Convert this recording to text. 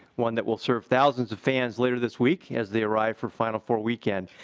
one that will serve thousands of fans later this week as they arrive for final four weekend.